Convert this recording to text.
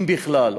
אם בכלל,